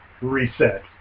Reset